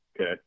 Okay